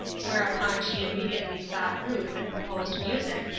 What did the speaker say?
whereupon she immediately sought ruth and proposed music,